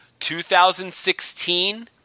2016